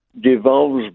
devolves